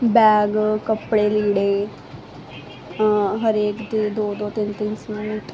bag ਕੱਪੜੇ ਲੀੜੇ ਹਰੇਕ ਚੀਜ਼ ਦੋ ਦੋ ਤਿੰਨ ਤਿੰਨ ਸੀ